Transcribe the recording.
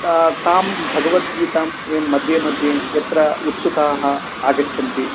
तां भगवद्गीतां एवं मद्ये मद्ये यत्र उत्सुकाः आगच्छन्ति